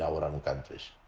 our um own countries.